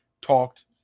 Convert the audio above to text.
talked